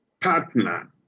partner